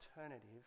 alternative